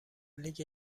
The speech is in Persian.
لیگ